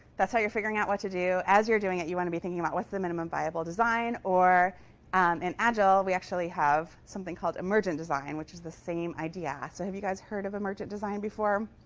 that's how you're figuring out what to do. as you're doing it, you want to be thinking about what's the minimum viable design? or in and agile, we actually have something called emergent design, which is the same idea. so have you guys heard of emergent design before?